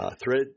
Thread